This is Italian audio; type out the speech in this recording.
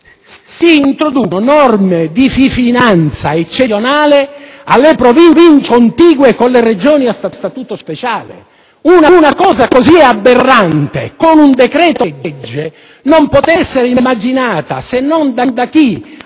si introducono norme di finanza eccezionale per le Province contigue con le Regioni a Statuto speciale. Una cosa così aberrante con un decreto‑legge non poteva essere immaginata se non da chi